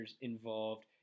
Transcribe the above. involved